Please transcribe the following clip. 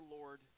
Lord